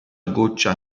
goccia